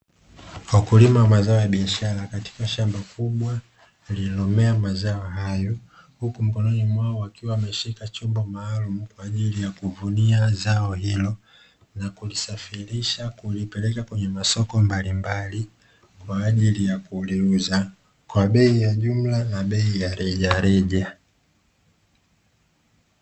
Wakulima wa mazao ya biashara katika shamba kubwa lililomea mazao hayo, huku mkononi mwao wakiwa wameshika chombo maalumu kwa ajili ya kuvunia zao hilo. Na kulisafirisha kulipeleka kwenye masoko mbalimbali kwa ajili ya kuliuza kwa bei ya jumla na rejareja.